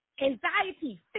Anxiety